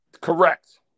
Correct